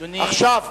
אדוני, יכול